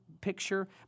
picture